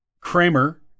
Kramer